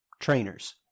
trainers